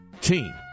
team